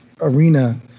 arena